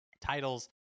titles